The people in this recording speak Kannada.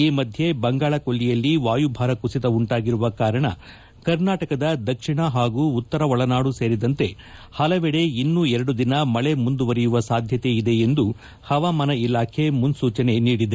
ಈ ಮಧ್ಯೆ ಬಂಗಾಳ ಕೊಲ್ಲಿಯಲ್ಲಿ ವಾಯುಭಾರ ಕುಸಿತ ಉಂಟಾಗಿರುವ ಕಾರಣ ಕರ್ನಾಟಕದ ದಕ್ಷಿಣ ಹಾಗೂ ಉತ್ತರ ಒಳನಾಡು ಸೇರಿದಂತೆ ಹಲವೆಡೆ ಇನ್ನೂ ಎರಡು ದಿನ ಮಳೆ ಮುಂದುವರಿಯುವ ಸಾಧ್ಯತೆ ಇದೆ ಎಂದು ಹವಾಮಾನ ಇಲಾಖೆ ಮುನ್ನೂಚನೆ ನೀಡಿದೆ